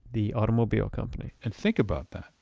the automobile company and think about that.